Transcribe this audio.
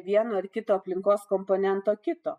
vieno ar kito aplinkos komponento kito